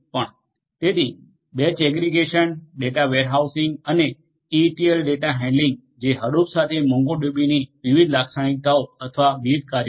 તેથી batch aggregation data warehousing અને ETL data handling જે હડુપ સાથે મોંગોડીબીની વિવિધ લાક્ષણિકતાઓ અથવા વિવિધ કાર્યો છે